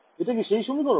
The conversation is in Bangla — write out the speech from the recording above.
এটা কি সেই সমীকরণ